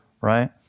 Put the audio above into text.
Right